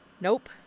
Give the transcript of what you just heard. Nope